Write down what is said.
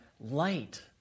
light